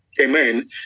amen